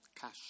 Cash